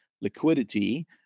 liquidity